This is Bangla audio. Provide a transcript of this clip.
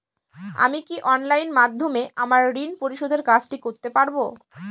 আমি কি অনলাইন মাধ্যমে আমার ঋণ পরিশোধের কাজটি করতে পারব?